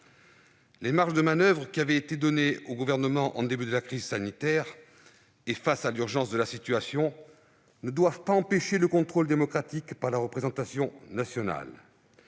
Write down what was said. Les marges de manoeuvre qui avaient été données au Gouvernement en début de crise sanitaire, face à l'urgence de la situation, ne doivent pas empêcher le contrôle démocratique de la représentation nationale